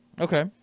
Okay